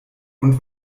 und